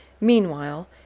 Meanwhile